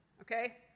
okay